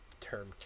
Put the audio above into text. term